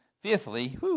fifthly